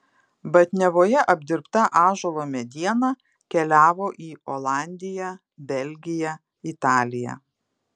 batniavoje apdirbta ąžuolo mediena keliavo į olandiją belgiją italiją